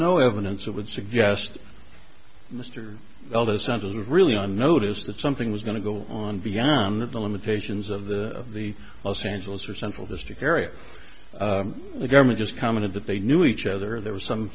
no evidence that would suggest mr l the center was really on notice that something was going to go on beyond the limitations of the of the los angeles or central district area the government just commented that they knew each other there was some